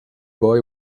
boy